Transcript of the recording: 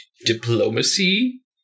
diplomacy